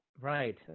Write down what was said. right